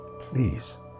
Please